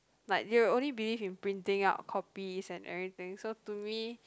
like they'll only believe in printing out copies and everything so to me